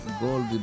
gold